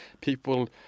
People